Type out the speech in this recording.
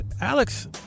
Alex